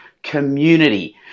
community